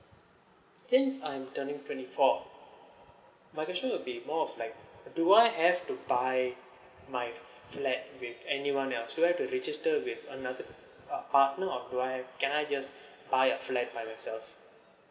since I'm turning twenty four my question will be more of like do I have to buy my flat with anyone else do I've to register with another uh if I don't apply can I just buy a flat by myself